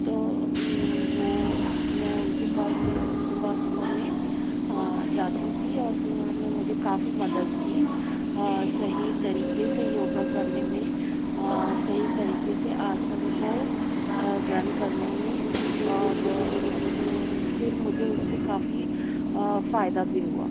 تو وہ میں ان کے پاس صبح صبح میں جاتی تھی اور پھر انہوں نے مجھے کافی مدد کی صحیح طریقے سے یوگا کرنے میں صحیح طریقے سے آسن کو گرہن کرنے میں اور پھر مجھے اس سے کافی فائدہ بھی ہوا